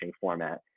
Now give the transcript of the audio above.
format